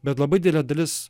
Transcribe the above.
bet labai didelė dalis